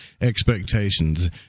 expectations